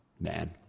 Man